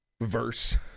verse